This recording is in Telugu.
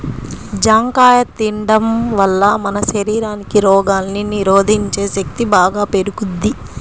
జాంకాయ తిండం వల్ల మన శరీరానికి రోగాల్ని నిరోధించే శక్తి బాగా పెరుగుద్ది